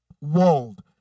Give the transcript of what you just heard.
world